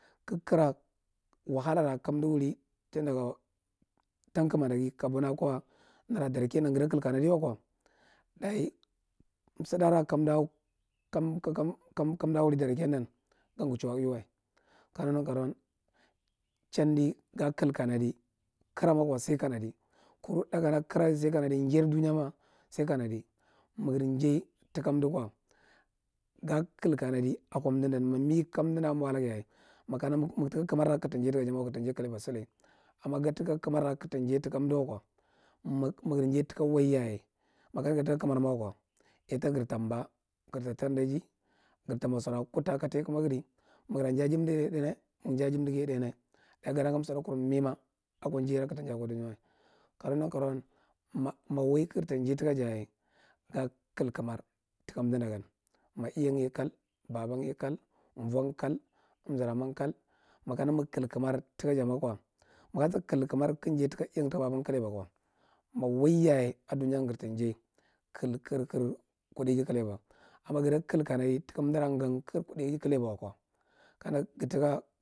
Kara, wahalara kamda wuri tang dag tang kama nda ga ka buna kwa nara darake nda ga gada kal karadi waka dayi msiɗara kamda kaman kai ka darake ndan gan ga chuwa ui wa. Ka naga nankaro’an chandi ga kal kandi. Kara makwa sai kanadi. Kuru ɗakana kara sai kanadi, njair dunya ma sai kanadi magar njai taka mda kwa ga kal kanadi akwa amda ndan. Ma mi kamda ndan a mwa lag yaye, maka, mig taka kamarra kogta njai taka ja ma kwa, garta njai kaleba salai. Amma gatidka kamarra kig ta njai taka ando wakwa, magar njai taka waiyaye makana gatlaka kamar wakwa ailta garba mba, garta tardaji, garta mwa sara kuttu aka kamagir. Madara njai aji ndada ye dainya, maga njai aji amdaga ye ɗainya. Dayi gada ngadi masiɗa kar mima akwa njainga kakta njai akwa dunya wa. Ka naga nankaro’an, ma ma wai kagarta njai taka ja yaye ga kai kamar taka amda da gan, ma iyang ye kal, bbang kal, vwang kal, amzaramang kal, makana mig kal kamar taka ja makwa, maga sa kal kamar kig njai taka iyang taka babang kaleba kwa, ma wai yaye a dunya garba njai karkar kudaiji kalaiba. Amma gada kal kamar taka amdangra ngan kagar kudil ji kaleba wakwa, kana gatake…